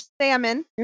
salmon